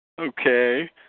Okay